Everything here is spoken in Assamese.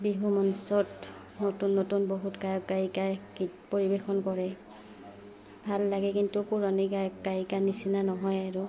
বিহু মঞ্চত নতুন নতুন বহুত গায়ক গায়িকাই গীত পৰিৱেশন কৰে ভাল লাগে কিন্তু পুৰণি গায়ক গায়িকা নিচিনা নহয় আৰু